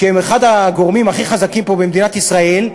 שהם אחד הגורמים הכי חזקים פה במדינת ישראל,